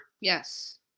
Yes